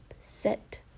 set